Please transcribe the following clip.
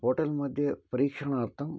hotel मध्ये परीक्षणार्थं